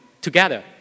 together